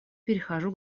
перехожу